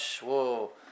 Whoa